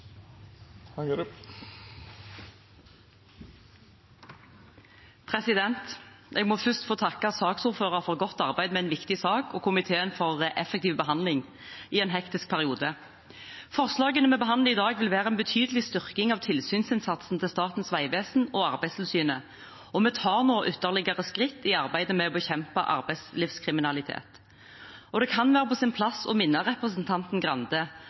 Jeg må først få takke saksordføreren for godt arbeid med en viktig sak og komiteen for effektiv behandling i en hektisk periode. Forslagene vi behandler i dag, vil være en betydelig styrking av tilsynsinnsatsen til Statens vegvesen og Arbeidstilsynet, og vi tar nå ytterligere skritt i arbeidet med å bekjempe arbeidslivskriminalitet. Det kan være på sin plass å minne representanten Grande